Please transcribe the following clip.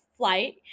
flight